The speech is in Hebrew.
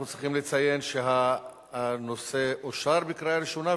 אנחנו צריכים לציין שהנושא אושר בקריאה ראשונה,